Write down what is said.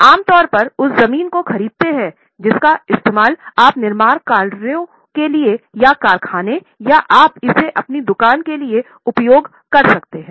आप आम तौर पर उस ज़मीन को खरीदते हैं जिसका इस्तेमाल आप निर्माण कार्यों के लिए या कारखाने या आप इसे अपनी दुकान के लिए उपयोग कर सकते हैं